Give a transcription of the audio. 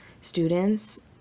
students